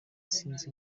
sinzi